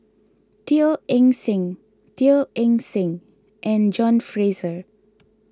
Teo Eng Seng Teo Eng Seng and John Fraser